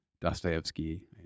Dostoevsky